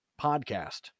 podcast